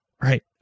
Right